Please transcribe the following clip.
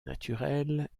naturelle